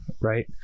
Right